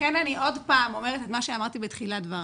לכן אני אומרת עוד פעם את מה שאמרתי בתחילת דבריי.